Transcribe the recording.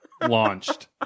Launched